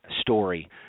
story